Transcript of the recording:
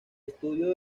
estudio